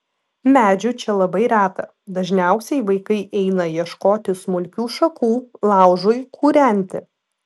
medžių čia labai reta dažniausiai vaikai eina ieškoti smulkių šakų laužui kūrenti